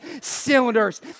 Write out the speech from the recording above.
cylinders